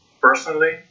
personally